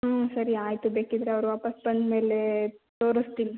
ಹ್ಞೂ ಸರಿ ಆಯಿತು ಬೇಕಿದ್ದರೆ ಅವರು ವಾಪಸು ಬಂದಮೇಲೆ ತೋರಿಸ್ತೀನಿ